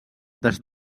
des